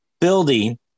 building